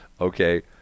Okay